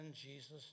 Jesus